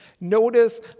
Notice